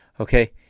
Okay